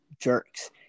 jerks